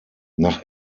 nach